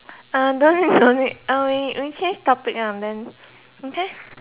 uh don't need don't need uh we we change topic lah then okay